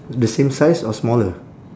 the same size or smaller